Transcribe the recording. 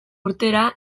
urtera